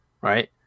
right